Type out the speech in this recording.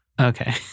Okay